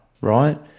Right